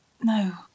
No